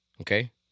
okay